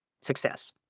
success